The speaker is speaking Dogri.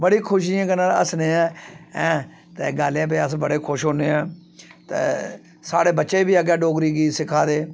बड़ी खुशियें कन्नै हस्सने आं ऐं ते गल्ल एह् ऐ भई अस बड़े खुश होन्ने आं ते साढ़े बच्चे बी अग्गें डोगरी गीत सिक्खा दे